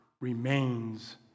remains